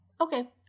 Okay